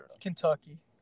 Kentucky